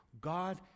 God